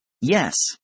Yes